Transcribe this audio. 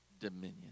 dominion